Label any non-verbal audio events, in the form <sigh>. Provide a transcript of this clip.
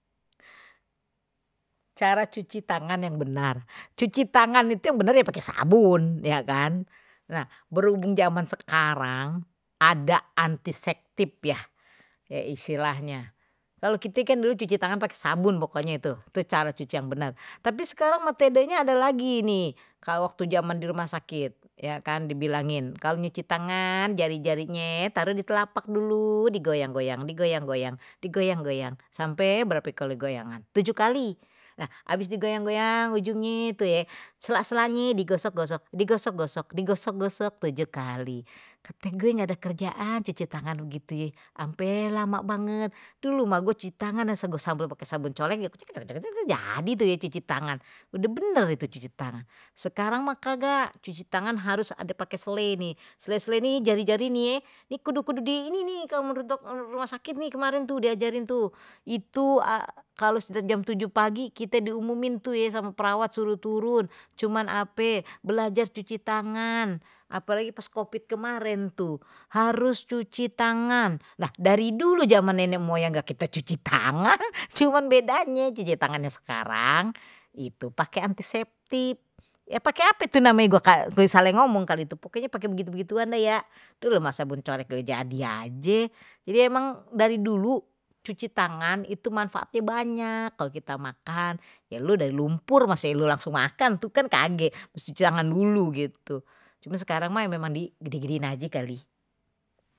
Cara cuci tangan yang benar cuci tangan itu yang bener ya pakai sabun ya kan, <hesitation> berhubung zaman sekarang ada antiseptik ya istilahnya kalau kita kan dulu cuci tangan pakai sabun pokoknye itu cara cuci yang benar tapi sekarang metodenya ada lagi ini kalau waktu zaman di rumah sakit ya kan dibilangin kalau nyuci tangan jari-jarinya taruh di telapak dulu digoyang-goyang digoyang-goyang digoyang-goyang sampai berapa kali goyang tujuh kali nah habis juga goyang-goyang ujungnya itu ya sela-selanya digosok-gosok digosok-gosok digosok-gosok tujuh kali kate gue enggak ada kerjaan cuci tangan gitu ye ampe lama banget dulu mak gua cuci tangan dan <unintelligible> pakai sabun colek gitu jadi gitu ya cuci tangan, udeh benar benar sekarang mah kagak cuci tangan harus ada pakai sele nih sele sele ini jari-jari nih ye kudu kudu di ini nih kalau menurut rumah sakit nih kemarin tuh diajarin tuh itu kalau sudah jam tujuh pagi kita diumumin tuh ya sama perawat suruh turun cuman ape belajar cuci tangan apalagi pas covid kemarin tuh harus cuci tangan nah dari dulu zaman nenek moyang enggak kita cuci tangan cuman bedanya cici tangan sekarang itu pake antiseptik ya pakai apa itu namanya gua saleh ngomong kali itu pokoknya pake begitu begituan deh ya itu loh pake sabun colek jadi aje, memang dari dulu cuci tangan itu manfaatnya banyak kalau kita makan ya lu dari lumpur masih elu langsung makan tuh kan kage jangan dulu gitu terus sekarang mah memang digede gedein aje kali.